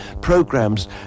programs